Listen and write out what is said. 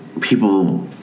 people